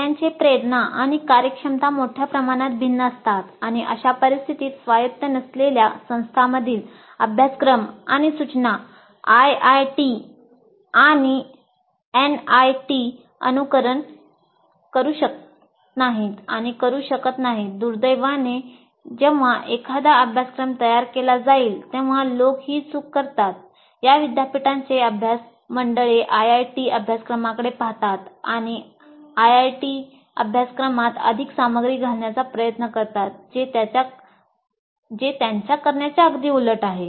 त्यांचे प्रेरणा आणि कार्यक्षमता मोठ्या प्रमाणात भिन्न असतात आणि अशा परिस्थितीत स्वायत्त नसलेल्या संस्थांमधील अभ्यासक्रम आणि सूचना आयआयटी अभ्यासक्रमात अधिक सामग्री घालण्याचा प्रयत्न करतात जे त्यांच्या करण्याच्या अगदी उलट आहे